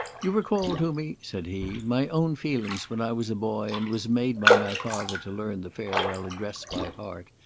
you recall to me, said he, my own feelings when i was a boy and was made by my father to learn the farewell address by heart.